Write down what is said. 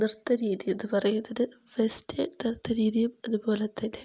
നൃത്തരീതി എന്നു പറയുന്നത് ഫസ്റ്റ് നൃത്തരീതിയും അതുപോലത്തന്നെ